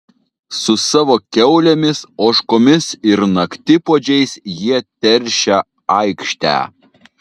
su savo kiaulėmis ožkomis ir naktipuodžiais jie teršia aikštę